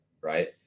right